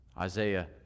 Isaiah